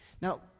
Now